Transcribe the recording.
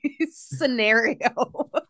scenario